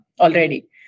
already